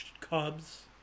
cubs